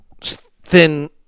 thin